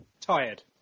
Tired